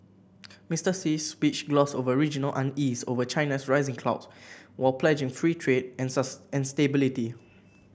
Mister Xi's speech glossed over regional unease over China's rising clout while pledging free trade and stability